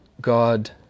God